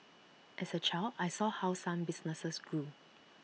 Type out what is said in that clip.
as A child I saw how some businesses grew